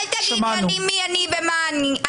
אל תגיד לי מי אני ומה אני,